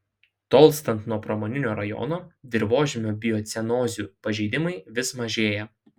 tolstant nuo pramoninio rajono dirvožemio biocenozių pažeidimai vis mažėja